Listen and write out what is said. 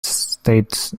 states